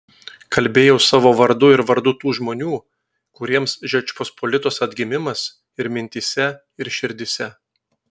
kalbėjau savo vardu ir vardu tų žmonių kuriems žečpospolitos atgimimas ir mintyse ir širdyse